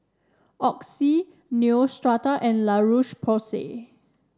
Oxy Neostrata and La Roche Porsay